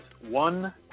one